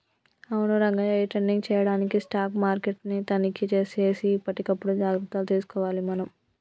అవును రంగయ్య ఈ ట్రేడింగ్ చేయడానికి స్టాక్ మార్కెట్ ని తనిఖీ సేసి ఎప్పటికప్పుడు జాగ్రత్తలు తీసుకోవాలి మనం